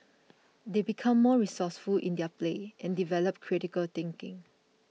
they become more resourceful in their play and develop critical thinking